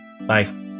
Bye